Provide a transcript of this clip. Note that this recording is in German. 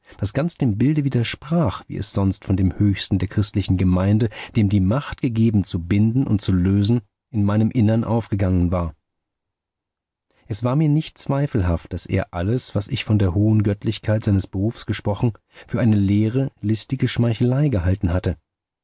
das ganz dem bilde widersprach wie es sonst von dem höchsten der christlichen gemeinde dem die macht gegeben zu binden und zu lösen in meinem innern aufgegangen war es war mir nicht zweifelhaft daß er alles was ich von der hohen göttlichkeit seines berufs gesprochen für eine leere listige schmeichelei gehalten hatte